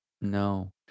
No